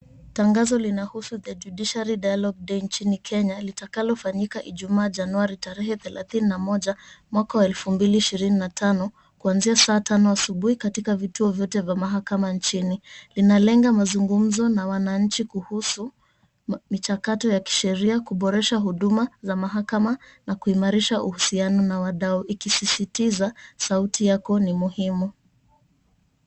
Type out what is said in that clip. Tangazo linahusu The Judiciary Dialogue Day nchini Kenya litakalofanyika Ijumaa January tarehe 31/01/25 kuanzia saa tano asubuhi katika vituo vyote vya mahakama nchini. Linalenga mazungumzo na wananchi kuhusu michakato ya kisheria, kuboresha huduma za mahakama na kuimarisha uhusiano na wadau ikisisitiza 'Sauti Yako ni Muhimu.'